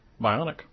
Bionic